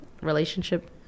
relationship